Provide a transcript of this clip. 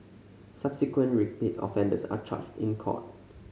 subsequent repeat offenders are charged in court